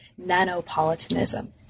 nanopolitanism